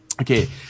Okay